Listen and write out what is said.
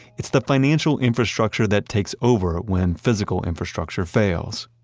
it's the financial infrastructure that takes over when physical infrastructure fails.